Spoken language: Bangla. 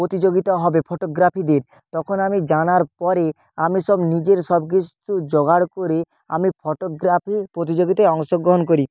প্রতিযোগিতা হবে ফটোগ্রাফিদের তখন আমি জানার পরে আমি সব নিজের সব কিছু জোগাড় করে আমি ফটোগ্রাফি প্রতিযোগিতায় অংশগ্রহণ করি